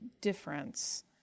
difference